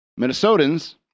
Minnesotans